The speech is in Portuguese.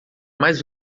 mais